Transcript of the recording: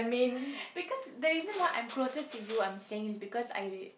because the reason why I'm closer to you I'm saying is because I